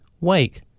wake